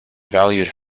valued